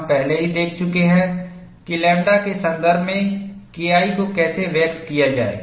हम पहले ही देख चुके हैं कि लैम्ब्डा के संदर्भ में KI को कैसे व्यक्त किया जाए